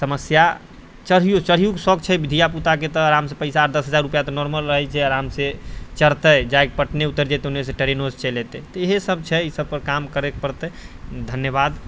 समस्या चढ़ैओ चढ़ैओके शौक छै धियापुताके तऽ आरामसँ पइसा दस हजार रुपैआ तऽ नॉर्मल रहै छै आरामसँ चढ़तै जाकऽ पटने उतरि जेतै ओन्नेसँ ट्रेनोसँ चलि अएतै ईसबपर काम करैके पड़तै धन्यवाद